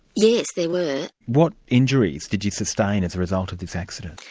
yes, there were. what injuries did you sustain as a result of this accident?